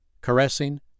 caressing